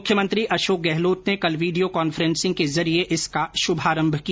मुख्यमंत्री अशोक गहलोत ने कल वीडियो कॉन्फ्रेंसिंग के जरिए इसका शुभारम्भ किया